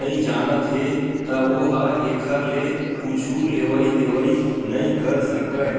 नइ जानत हे त ओ ह एखर ले कुछु लेवइ देवइ नइ कर सकय